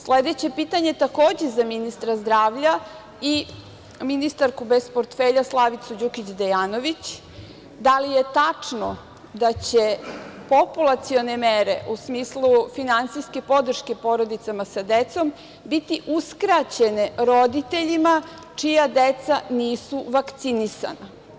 Sledeće pitanje takođe za ministra zdravlja i ministarku bez portfelja Slavicu Đukić Dejanović – da li je tačno da će populacione mere, u smislu finansijske podrške porodicama sa decom biti uskraćene roditeljima čija deca nisu vakcinisana?